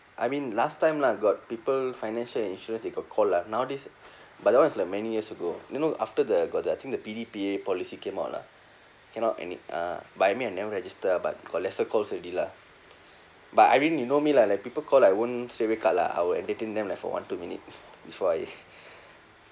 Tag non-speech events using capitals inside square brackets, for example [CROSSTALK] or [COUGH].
I mean last time lah got people financial insurance they got call lah nowadays but that one is like many years ago you know after the got the I think the P_D_P_A policy came out lah cannot any~ uh but I mean I never register ah but got lesser calls already lah but I mean you know me lah like people call I won't straight away cut lah I will entertain them for like one two minutes before I [LAUGHS]